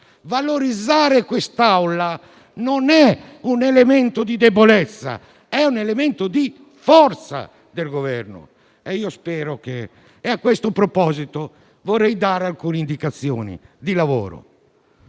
Valorizzare quest'Aula non è un elemento di debolezza, ma è un elemento di forza del Governo. A questo proposito, vorrei dare alcune indicazioni di lavoro.